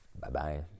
Bye-bye